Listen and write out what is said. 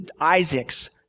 Isaac's